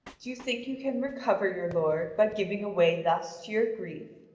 do you think you can recover your lord by giving away thus to your grief?